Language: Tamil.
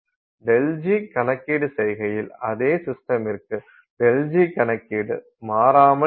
ΔG கணக்கீடு செய்கையில் அதே சிஸ்டமிற்கு ΔG கணக்கீடு மாறாமல் இருக்கும்